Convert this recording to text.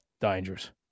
Dangerous